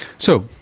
so,